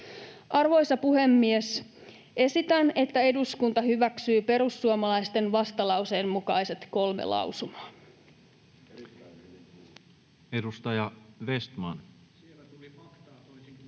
Arvoisa puhemies! Esitän, että eduskunta hyväksyy perussuomalaisten vastalauseen mukaiset kolme lausumaa. [Mauri